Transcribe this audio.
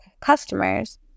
customers